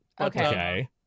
okay